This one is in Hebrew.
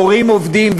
הורים עובדים,